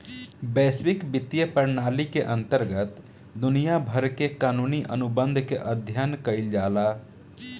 बैसविक बित्तीय प्रनाली के अंतरगत दुनिया भर के कानूनी अनुबंध के अध्ययन कईल जाला